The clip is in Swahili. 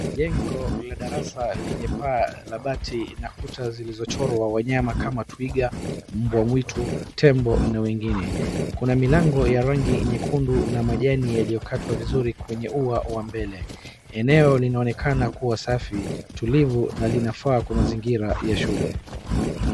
Jengo la darasa lenye paa la bati na kuta zilizochorwa wanyama kama tiga, mbwa mwitu, tembo na wengine. Kuna milango ya rangi nyekundu na majani yaliyokatwa vizuri kwenye ua la mbele, eneo linaonekana kuwa safi, tulivu na linafaa kwa mazingira ya shule.